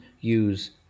use